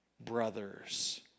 brothers